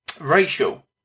racial